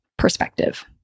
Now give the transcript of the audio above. perspective